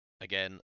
Again